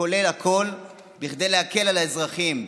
כולל הכול כדי להקל על האזרחים,